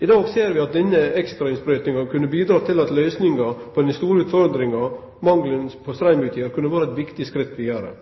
I dag ser vi at denne ekstrainnsprøytinga kunne ha bidrege til at løysinga på denne store utfordringa som mangelen på straum utgjer, hadde komme eit viktig skritt vidare.